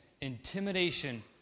intimidation